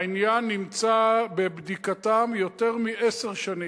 העניין נמצא בבדיקתם יותר מעשר שנים,